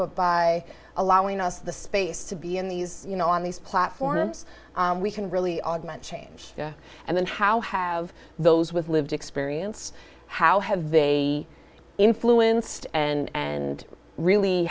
but by allowing us the space to be in these you know on these platforms we can really augment change and then how have those with lived experience how have they influenced and and really